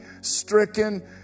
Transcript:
stricken